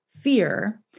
fear